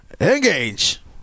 Engage